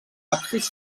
absis